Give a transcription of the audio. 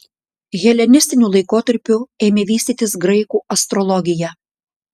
helenistiniu laikotarpiu ėmė vystytis graikų astrologija